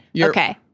Okay